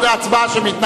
להצבעה שמית.